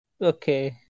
okay